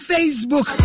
Facebook